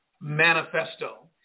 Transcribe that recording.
manifesto